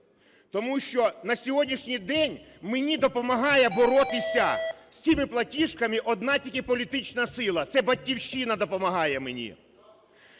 Тому що на сьогоднішній день мені допомагає боротися із цими платіжками одна тільки політична сила – це "Батьківщина" допомагає мені,